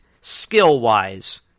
skill-wise